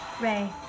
Ray